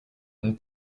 une